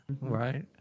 right